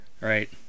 right